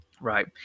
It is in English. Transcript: right